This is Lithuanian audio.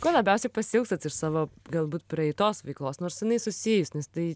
ko labiausiai pasiilgstat iš savo galbūt praeitos veiklos nors jinai susijus nes tai